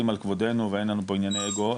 על כבודנו ואין לנו פה ענייני אגו,